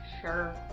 Sure